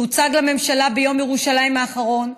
שהוצג לממשלה ביום ירושלים האחרון,